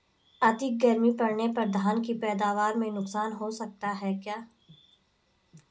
अधिक गर्मी पड़ने पर धान की पैदावार में नुकसान हो सकता है क्या?